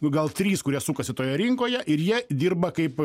gal trys kurie sukasi toje rinkoje ir jie dirba kaip